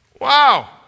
Wow